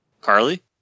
Carly